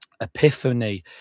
epiphany